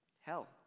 hell